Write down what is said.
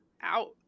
out